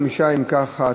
5. אם כך,